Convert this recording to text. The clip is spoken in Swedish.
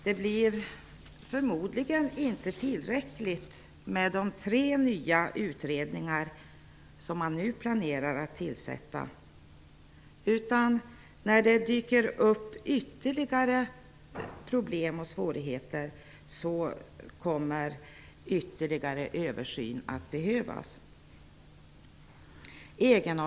Det blir förmodligen inte tillräckligt med de tre nya utredningar som man nu planerar att tillsätta. När det dyker upp nya problem och svårigheter kommer ytterligare översyn att behövas.